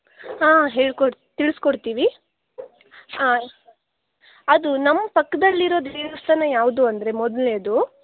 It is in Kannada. ಹಾಂ ಹೇಳ್ಕೊಡ್ತಿ ತಿಳಿಸಿಕೊಡ್ತೀವಿ ಹಾಂ ಅದು ನಮ್ಮ ಪಕ್ಕದಲ್ಲಿರೊ ದೇವಸ್ಥಾನ ಯಾವುದು ಅಂದರೆ ಮೊದಲನೆಯದು